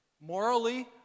morally